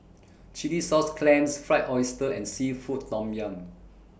Chilli Sauce Clams Fried Oyster and Seafood Tom Yum